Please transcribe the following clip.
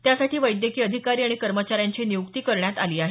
त्यासाठी वैद्यकीय अधिकारी आणि कर्मचाऱ्यांची नियुक्ती करण्यात आली आहे